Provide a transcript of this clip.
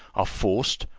are forced,